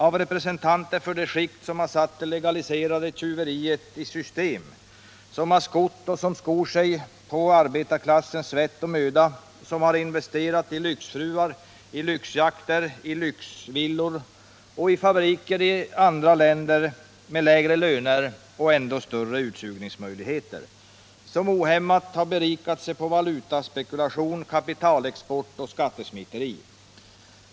Av representanter för det skikt som har satt det legaliserade tjuveriet i system, som har skott och skor sig på arbetarklassens svett och möda, som investerar i lyxfruar, lyxjakter och lyxvillor och i fabriker i andra länder med lägre löner och ändå större utsugningsmöjligheter. Som ohämmat berikat sig på valutaspekulation, kapitalexport och skattesmiteri.